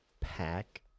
pack